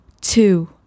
two